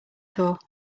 tour